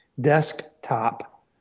desktop